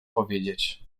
powiedzieć